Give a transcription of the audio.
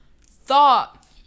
thought